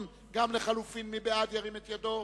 מי בעד, ירים את ידו.